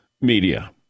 Media